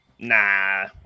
Nah